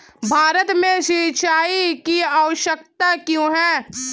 भारत में सिंचाई की आवश्यकता क्यों है?